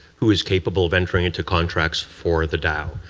who is capable of entering into contracts for the dao?